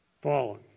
fallen